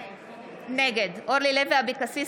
נגד נעמה לזימי,